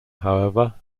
however